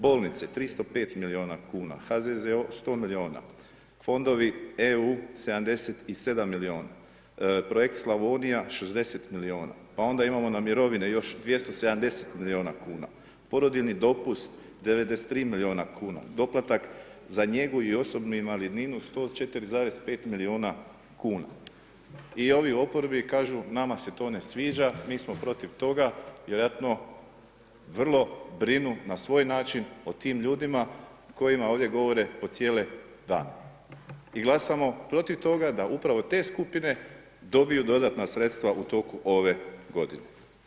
Bolnice 305 miliona kuna, HZZO 100 miliona, fondovi EU 77 miliona, projekt Slavonija 60 miliona, pa onda imamo na mirovine još 270 miliona kuna, porodiljni dopust 93 miliona kuna, doplatak za njegu i osobnu invalidninu 104,5 miliona kuna i ovi u oporbi kažu nama se to ne sviđa, mi smo protiv toga vjerojatno vrlo brinu na svoj način o tim ljudima kojima ovdje gore po cijele dane i glasamo protiv toga da upravo te skupine dobiju dodatna sredstva u toku ove godine.